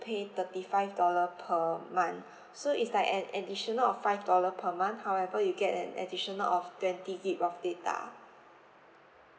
pay thirty five dollar per month so it's like an additional of five dollar per month however you get an additional of twenty G_B of data